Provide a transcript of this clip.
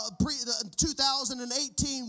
2018